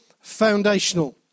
foundational